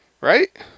Right